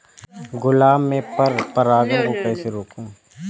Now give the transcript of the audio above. गुलाब में पर परागन को कैसे रोकुं?